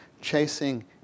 chasing